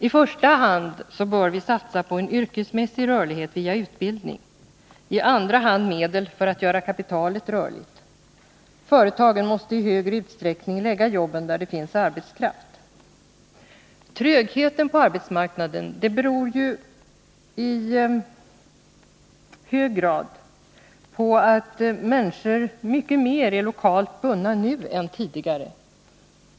I första hand 189 bör vi satsa på en yrkesmässig rörlighet via utbildning, i andra hand på medel för att göra kapitalet rörligt. Företagen måste i större utsträckning förlägga jobben där det finns arbetskraft. Trögheten på arbetsmarknaden beror ju i hög grad på att människor nu är mycket mer lokalt bundna än tidigare.